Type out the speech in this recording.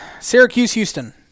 Syracuse-Houston